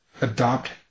adopt